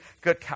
good